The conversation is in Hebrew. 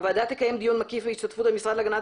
הוועדה תקיים דיון מקיף בהשתתפות המשרד להגנת